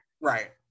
Right